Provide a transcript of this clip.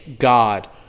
god